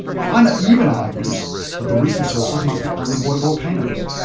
plimer even argues that the recent sources must be underwater volcanoes.